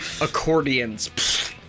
accordions